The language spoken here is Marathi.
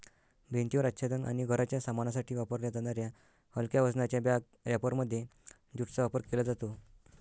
भिंतीवर आच्छादन आणि घराच्या सामानासाठी वापरल्या जाणाऱ्या हलक्या वजनाच्या बॅग रॅपरमध्ये ज्यूटचा वापर केला जातो